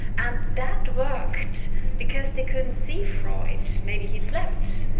and that worked because they couldn't see freud, maybe he slept.